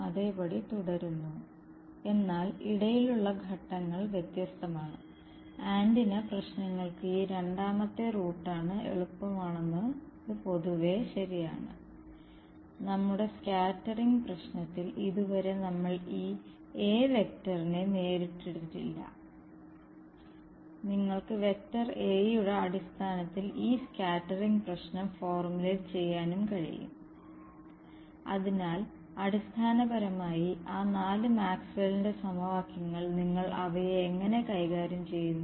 അതിനാൽ ഈ മൊഡ്യൂളിൽ നമ്മൾ ആന്റിനകളെ മോഡലിംഗ് ചെയ്യുന്നതിനുള്ള കമ്പ്യൂട്ടേഷണൽ ഇലക്ട്രോമാഗ്നെറ്റിക്സിന്റെ ചില ആപ്ലിക്കേഷനുകൾ നോക്കാൻ പോകുന്നു അവയുടെ പ്രതിരോധം എന്താണ് അവ എങ്ങനെ പ്രസരിക്കുന്നു